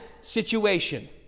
situation